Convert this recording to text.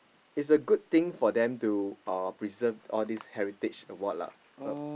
it's a good thing for them to uh preserve all these heritage award lah uh